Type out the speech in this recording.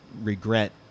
regret